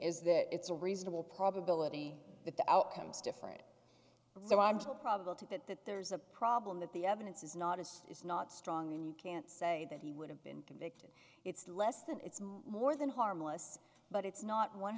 is that it's a reasonable probability that the outcomes different so i'm still probable to that that there's a problem that the evidence is not as it's not strong and you can't say that he would have been convicted it's less than it's more than harmless but it's not one